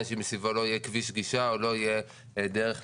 שמסביבו לא יהיה כביש גישה או לא תהיה דרך להגיע.